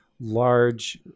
large